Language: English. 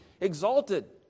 exalted